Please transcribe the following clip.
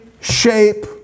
shape